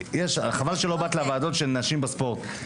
חבל שלא באת לוועדה של נשים בספורט.